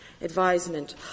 advisement